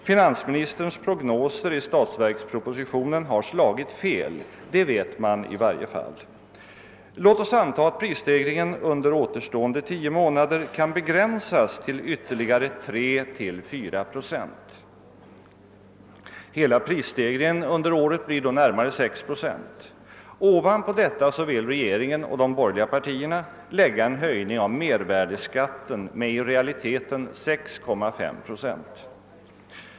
Finansministerns prognoser i statsverkspropositionen har slagit fel; det vet man i varje fall. Låt oss anta att prisstegringen under återstående tio månader kan begränsas till ytterligare 3—4 procent. Hela prisstegringen under året blir då närmare 6 procent. Ovanpå detta vill regeringen och de borgerliga partierna lägga en höjning av mervärdeskatten med i realiteten 6,5 procent.